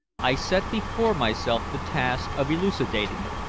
i set before myself the task of elucidating it.